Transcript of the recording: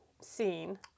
scene